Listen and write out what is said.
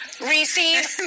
receive